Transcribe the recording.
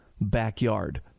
backyard